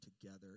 together